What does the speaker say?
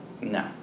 No